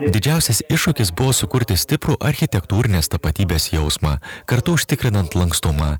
didžiausias iššūkis buvo sukurti stiprų architektūrinės tapatybės jausmą kartu užtikrinant lankstumą